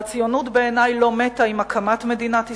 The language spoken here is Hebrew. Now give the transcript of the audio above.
והציונות, בעיני, לא מתה עם הקמת מדינת ישראל,